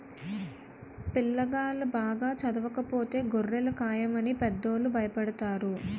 పిల్లాగాళ్ళు బాగా చదవకపోతే గొర్రెలు కాయమని పెద్దోళ్ళు భయపెడతారు